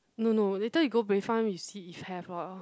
no no later you go Bayfront we see if have lor